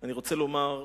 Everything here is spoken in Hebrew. אני רוצה לומר,